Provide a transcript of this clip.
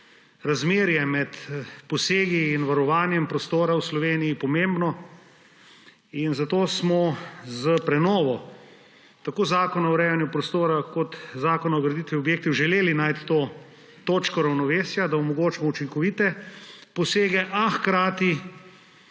razmerje med posegi in varovanjem prostora v Sloveniji je pomembno in zato smo s prenovo tako Zakona o urejanju prostora kot Gradbenega zakona želeli najti to točko ravnovesja, da omogočimo učinkovite posege, a hkrati